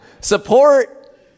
Support